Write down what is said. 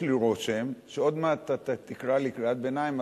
יש לי רושם שעוד מעט אתה תקרא לי קריאת ביניים.